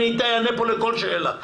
אענה לכל שאלה,